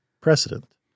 precedent